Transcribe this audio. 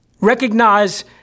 Recognize